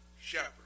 shepherd